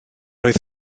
oedd